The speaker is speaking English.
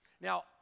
Now